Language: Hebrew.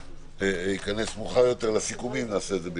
עו"ד יהונתן קלינגר מהתנועה לזכויות דיגיטליות.